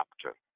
chapter